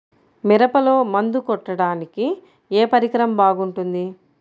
మిరపలో మందు కొట్టాడానికి ఏ పరికరం బాగుంటుంది?